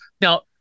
Now